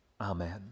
Amen